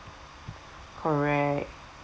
correct